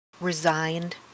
resigned